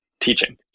teaching